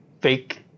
fake